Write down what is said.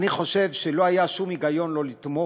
אני חושב שלא היה שום היגיון לא לתמוך,